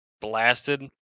blasted